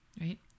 Right